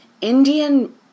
Indian